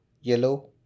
yellow